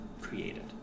created